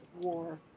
war